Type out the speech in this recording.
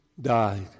died